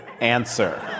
answer